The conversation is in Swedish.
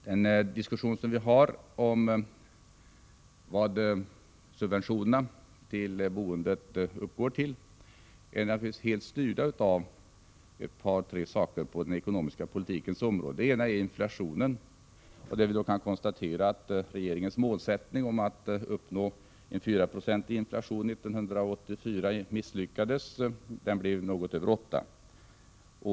Den diskussion som förs om vad subventionerna till boendet uppgår till är helt styrd av ett par tre saker på den ekonomiska politikens område. Det ena är inflationen. Här kan vi konstatera att regeringens mål att uppnå en 4-procentig inflation 1984 misslyckades — den blev något över 8 96.